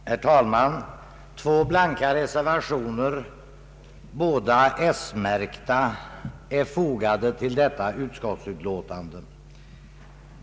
Herr talman! Två blanka reservationer, båda s-märkta, är fogade till förevarande utskottsutlåtande.